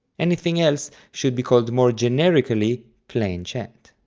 anything else should be called more generically, plainchant.